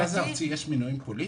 במרכז הארצי יש מינויים פוליטיים?